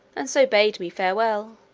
and so bade me farewell.